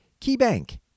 KeyBank